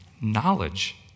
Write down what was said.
knowledge